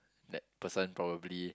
that person probably